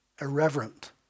Irreverent